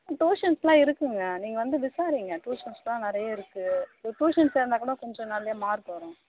ட்யூஷன்ஸ்லாம் இருக்குதுங்க நீங்கள் வந்து விசாரிங்க ட்யூஷன்ஸ்லாம் நிறைய இருக்குது ட்யூஷன் சேர்ந்தாக் கூட கொஞ்சம் நிறைய மார்க் வரும்